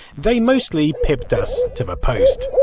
they mostly pipped us to the post.